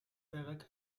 байгааг